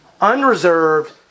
unreserved